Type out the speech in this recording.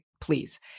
please